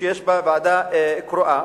יש בה ועדה קרואה,